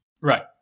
right